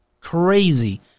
Crazy